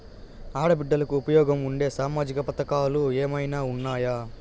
ఆడ బిడ్డలకు ఉపయోగం ఉండే సామాజిక పథకాలు ఏమైనా ఉన్నాయా?